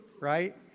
right